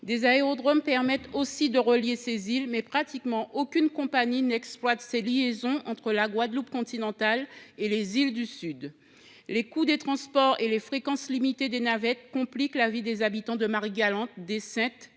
Des aérodromes les desservent également, mais presque aucune compagnie n’exploite ces liaisons entre la Guadeloupe continentale et les îles du Sud. Le coût des transports et la fréquence limitée des navettes compliquent la vie des habitants de Marie Galante, des Saintes